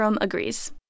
agrees